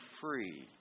free